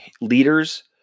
leaders